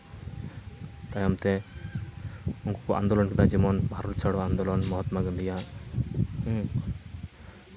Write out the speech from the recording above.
ᱛᱟᱭᱚᱢ ᱛᱮ ᱩᱱᱠᱩ ᱠᱚ ᱟᱱᱫᱳᱞᱚᱱ ᱠᱮᱫᱟ ᱡᱮᱢᱚᱱ ᱵᱷᱟᱨᱚᱛ ᱪᱷᱟᱲᱳ ᱟᱱᱫᱳᱞᱚᱱ ᱢᱚᱦᱟᱛᱢᱟ ᱜᱟᱱᱫᱷᱤᱭᱟᱜ